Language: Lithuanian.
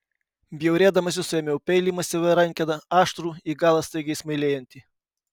bjaurėdamasi suėmiau peilį masyvia rankena aštrų į galą staigiai smailėjantį